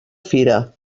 fira